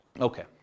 Okay